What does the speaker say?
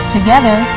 Together